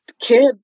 kid